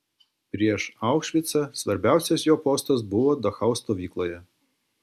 prieš aušvicą svarbiausias jo postas buvo dachau stovykloje